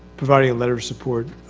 providing a letter of support,